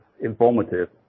informative